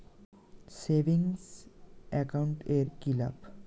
Savings account এর কি লাভ?